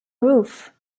roof